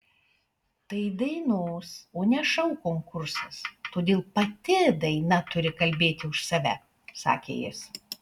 tai dainos o ne šou konkursas todėl pati daina turi kalbėti už save sakė jis